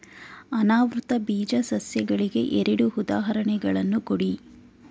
ಅನಾವೃತ ಬೀಜ ಸಸ್ಯಗಳಿಗೆ ಎರಡು ಉದಾಹರಣೆಗಳನ್ನು ಕೊಡಿ